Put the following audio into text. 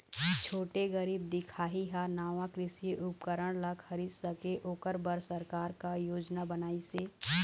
छोटे गरीब दिखाही हा नावा कृषि उपकरण ला खरीद सके ओकर बर सरकार का योजना बनाइसे?